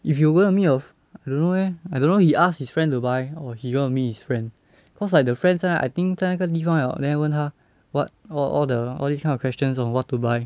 if you gonna meet your I don't know leh I don't know he asked his friend to buy or he gonna meet his friend cause like the friend 在 I think 在那个地方了 then 问他 what all the all these kind of questions on what to buy